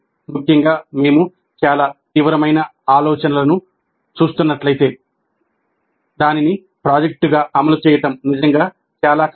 ముఖ్యంగా మేము చాలా తీవ్రమైన ఆలోచనలను చూస్తున్నట్లయితే దానిని ప్రాజెక్టుగా అమలు చేయడం నిజంగా చాలా కష్టం